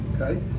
okay